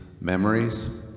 memories